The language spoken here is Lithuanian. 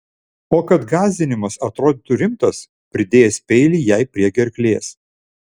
o kad gąsdinimas atrodytų rimtas pridėjęs peilį jai prie gerklės